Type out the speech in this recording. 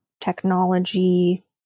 technology